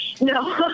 No